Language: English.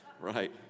right